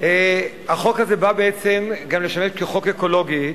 החוק הזה בא בעצם לשמש גם כחוק אקולוגי,